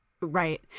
Right